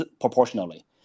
proportionally